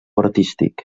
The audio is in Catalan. artístic